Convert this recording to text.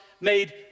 made